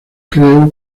creo